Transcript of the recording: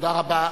תודה רבה.